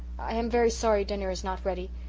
i am very sorry dinner is not ready.